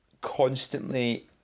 constantly